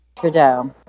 Trudeau